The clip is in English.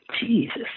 Jesus